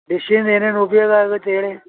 ಡಿಶ್ಶಿಂದ ಏನೇನು ಉಪ್ಯೋಗ ಆಗುತ್ತೆ ಹೇಳಿ